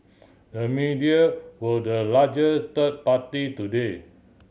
the media were the larger third party today